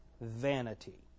vanity